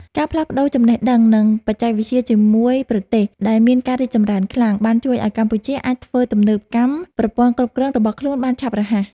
ការផ្លាស់ប្តូរចំណេះដឹង និងបច្ចេកវិទ្យាជាមួយប្រទេសដែលមានការរីកចម្រើនខ្លាំង បានជួយឱ្យកម្ពុជាអាចធ្វើទំនើបកម្មប្រព័ន្ធគ្រប់គ្រងរបស់ខ្លួនបានឆាប់រហ័ស។